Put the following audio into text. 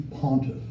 pontiff